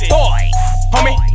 Homie